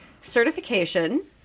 certification